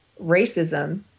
racism